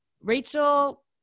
Rachel